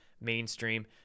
mainstream